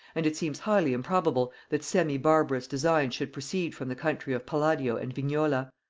and it seems highly improbable that semi-barbarous designs should proceed from the country of palladio and vignola.